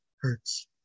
hurts